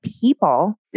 people